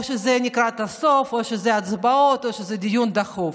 או שזה לקראת הסוף או הצבעות או דיון דחוף.